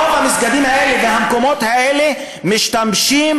ברוב המסגדים האלה והמקומות האלה משתמשים